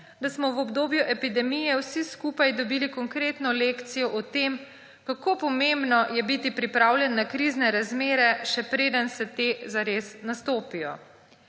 da smo v obdobju epidemije vsi skupaj dobili konkretno lekcijo o tem, kako pomembno je biti pripravljen na krizne razmere, še preden te zares nastopijo.